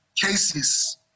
cases